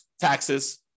taxes